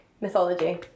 mythology